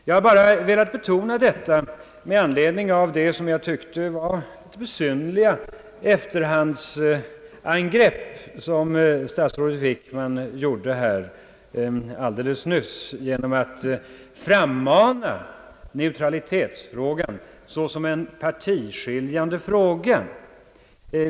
Jag har velat betona detta med anledning av det, som jag tyckte, besynnerliga efterhandsangrepp som statsrådet Wickman gjorde alldeles nyss genom att frammana neutraliteisfrågan såsom en partiskiljande fråga.